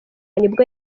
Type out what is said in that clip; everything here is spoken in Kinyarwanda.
nibwo